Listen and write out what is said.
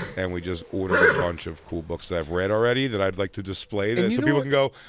and we just ordered a bunch of cool books that i've read already, that i'd like to display that, so people can go,